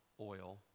oil